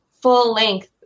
full-length